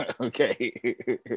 Okay